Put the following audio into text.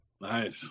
Nice